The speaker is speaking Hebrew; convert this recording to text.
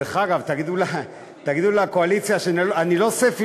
דרך אגב, תגידו לקואליציה שאני לא עושה פיליבסטר,